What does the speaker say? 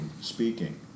speaking